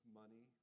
money